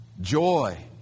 joy